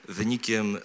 wynikiem